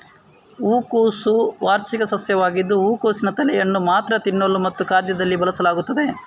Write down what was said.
ಹೂಕೋಸು ವಾರ್ಷಿಕ ಸಸ್ಯವಾಗಿದ್ದು ಹೂಕೋಸಿನ ತಲೆಯನ್ನು ಮಾತ್ರ ತಿನ್ನಲು ಮತ್ತು ಖಾದ್ಯದಲ್ಲಿ ಬಳಸಲಾಗುತ್ತದೆ